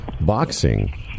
boxing